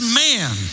man